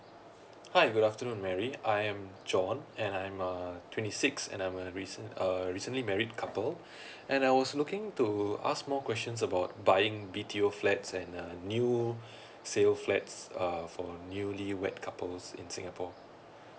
hi good afternoon Mary I am John and I'm uh twenty six and I'm a recent err recently married couple and I was looking to ask more questions about buying B_T_O flats and uh new sale flats uh for newly wed couples in singapore